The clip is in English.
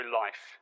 life